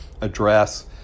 address